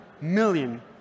million